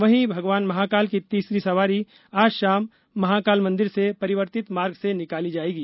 वहीं भगवान महाकाल की तीसरी सवारी आज शाम महाकाल मंदिर से परिवर्तित मार्ग से निकाली जायेगी